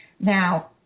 Now